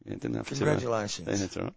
Congratulations